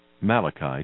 Malachi